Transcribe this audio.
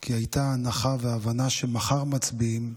כי הייתה הנחה והבנה שמחר מצביעים,